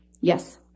Yes